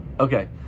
Okay